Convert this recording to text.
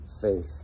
faith